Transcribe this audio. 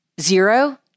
Zero